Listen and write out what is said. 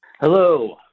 Hello